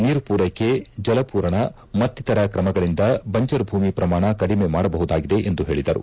ನೀರು ಪೂರ್ನೆಕೆ ಜಲಪೂರಣ ಮತ್ತಿತರ ಕ್ರಮಗಳಿಂದ ಬಂಜರುಭೂಮಿ ಪ್ರಮಾಣ ಕಡಿಮೆ ಮಾಡಬಹುದಾಗಿದೆ ಎಂದು ಹೇಳಿದರು